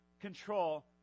control